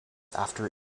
after